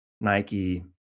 Nike